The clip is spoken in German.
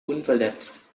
unverletzt